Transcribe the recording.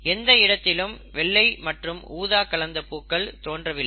எந்த இடத்திலும் வெள்ளை மற்றும் ஊதா கலந்த பூக்கள் தோன்றவில்லை